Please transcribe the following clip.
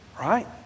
Right